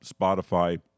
Spotify